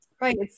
right